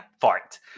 fart